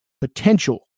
potential